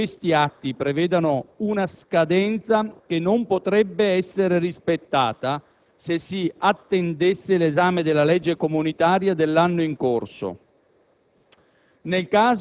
solo quando questi atti prevedano una scadenza che non potrebbe essere rispettata se si attendesse l'esame della Legge comunitaria dell'anno in corso.